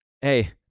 hey